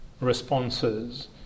responses